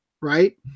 right